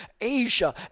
asia